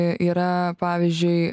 yra pavyzdžiui